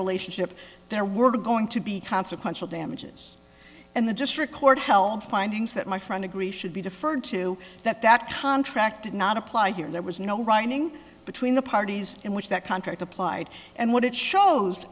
relationship there were going to be consequential damages and the district court held findings that my friend agree should be deferred to that that contract did not apply here there was no writing between the parties in which that contract applied and what it shows